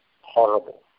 horrible